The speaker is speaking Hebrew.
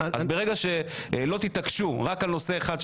ברגע שלא תתעקשו רק על נושא אחד,